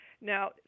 Now